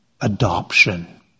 adoption